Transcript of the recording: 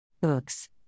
Books